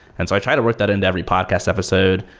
and so i try to work that into every podcast episode.